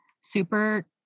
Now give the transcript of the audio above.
super